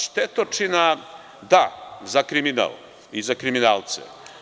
Štetočina – da, za kriminal i za kriminalce.